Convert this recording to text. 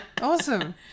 Awesome